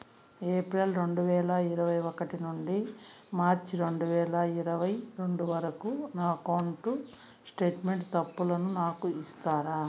April రెండు వేల ఇరవై ఒకటి నుండి మార్చ్ రెండు వేల ఇరవై రెండు వరకు నా అకౌంట్ స్టేట్మెంట్ తప్పులను నాకు ఇస్తారా?